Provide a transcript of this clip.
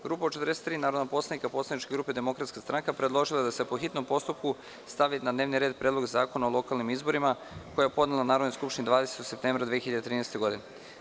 Grupa od 43 narodna poslanika poslaničke grupe DS predložila je da se po hitnom postupku stavi na dnevni red Predlog zakona o lokalnim izborima koji je podnela Narodnoj skupštini 20. septembra 2013. godine.